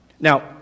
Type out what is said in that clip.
Now